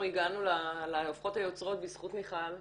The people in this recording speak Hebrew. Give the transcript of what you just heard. אנחנו הגענו ל"הופכות את היוצרות" בזכות מיכל,